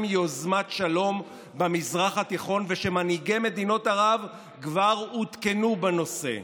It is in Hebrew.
יוזמת שלום במזרח התיכון ושמנהיגי מדינות ערב כבר עודכנו בנושא.